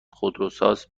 خودروساز